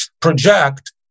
project